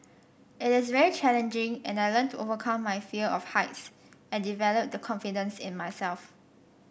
it is very challenging and I learnt to overcome my fear of heights and develop the confidence in myself